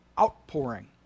outpouring